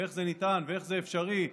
ואיך זה ניתן ואיך זה אפשרי,